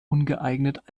ungeeignet